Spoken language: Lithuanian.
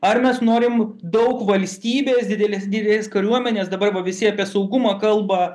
ar mes norim daug valstybės didelės didelės kariuomenės dabar va visi apie saugumą kalba